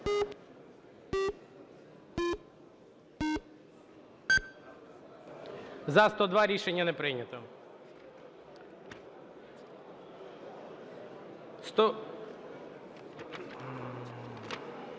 За-102 Рішення не прийнято.